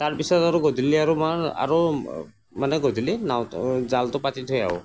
তাৰ পিছত আৰু গধূলি আৰু মই আৰু মানে গধূলি নাৱত জালটো পাতি থৈ আহোঁ